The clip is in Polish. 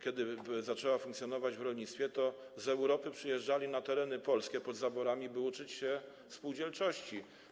Kiedy zaczęła funkcjonować w rolnictwie, to z Europy przyjeżdżali na tereny polskie pod zaborami, by uczyć się spółdzielczości.